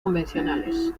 convencionales